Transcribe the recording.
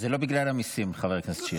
זה לא בגלל המיסים, חבר הכנסת שירי.